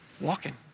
Walking